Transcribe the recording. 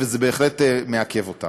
וזה בהחלט מעכב אותן.